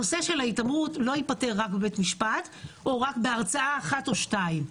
הנושא של ההתעמרות לא ייפתר רק בבית משפט או רק בהרצאה אחת או שתיים.